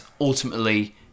ultimately